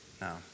No